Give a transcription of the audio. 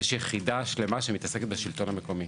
יש יחידה שלמה שמתעסקת בשלטון המקומי,